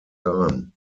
time